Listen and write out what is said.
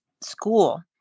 school